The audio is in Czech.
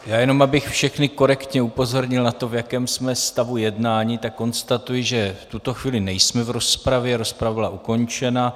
Já jenom, abych všechny korektně upozornil na to, v jakém jsme stavu jednání, tak konstatuji, že v tuto chvíli nejsme v rozpravě, rozprava byla ukončena.